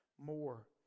more